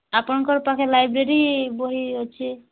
ଆପଣଙ୍କର ପାଖେ ଲାଇବ୍ରେରୀ ବହି ଅଛି